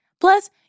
Plus